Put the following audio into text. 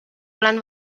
olen